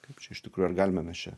kaip čia iš tikrųjų ar galime mes čia